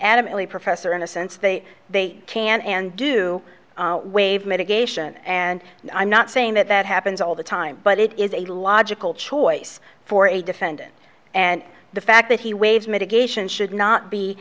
adamantly professor in a sense they they can and do waive mitigation and i'm not saying that that happens all the time but it is a logical choice for a defendant and the fact that he waives mitigation should not be